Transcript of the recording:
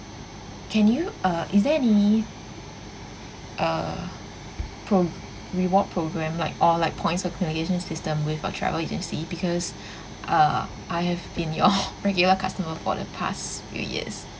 can you uh is there any uh pro~ reward program like all like points accumulation system with your travel agency because uh I have been your regular customer for the past few years